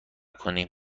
کنیم